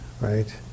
right